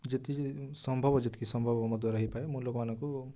ଯେତିକି ସମ୍ଭବ ଯେତିକି ସମ୍ଭବ ମୋ ଦ୍ୱାରା ହେଇପାରେ ମୁଁ ଲୋକମାନଙ୍କୁ